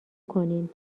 کنین